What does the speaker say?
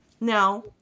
Now